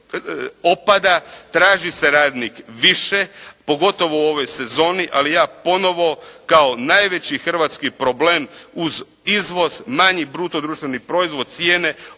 opada, traži se radnik više, pogotovo u ovoj sezoni, ali ja ponovo kao najveći hrvatski problem uz izvoz, manji bruto društveni proizvod cijene,